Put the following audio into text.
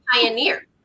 pioneer